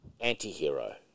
Anti-hero